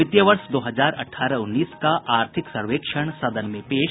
वित्तीय वर्ष दो हजार अठारह उन्नीस का आर्थिक सर्वेक्षण सदन में पेश